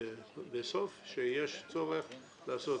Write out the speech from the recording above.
עכשיו, אם יש לכם הערות על הדברים, בבקשה, לדברים